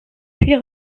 puis